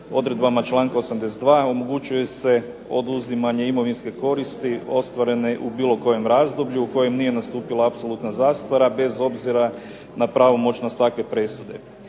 odredbama članka 82. omogućuje se oduzimanje imovinske koristi ostvarene u bilo kojem razdoblju u kojem nije nastupila apsolutna zastara bez obzira na pravomoćnost takve presude.